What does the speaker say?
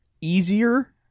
easier